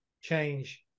change